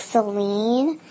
Celine